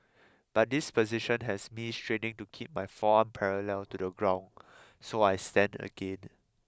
but this position has me straining to keep my forearm parallel to the ground so I stand again